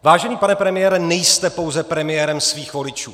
Vážený pane premiére, nejste pouze premiérem svých voličů!